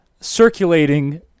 circulating